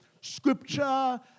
Scripture